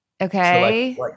okay